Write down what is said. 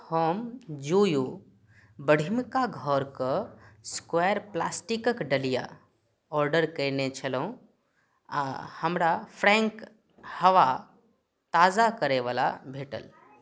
हम जोयो बढ़िमका घरके स्क्वेयर प्लास्टिकक डलिया ऑर्डर कयने छलहुँ आ हमरा फ्रैंक हवा ताजा करयवला भेटल